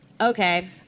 Okay